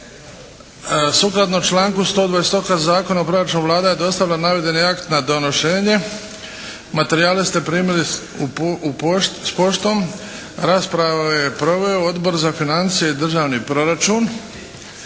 Sukladno članku 128. Zakona o obračunu Vlada je dostavila navedeni akt na donošenje. Materijale ste primili s poštom. Raspravu je proveo Odbor za financije i državni proračun.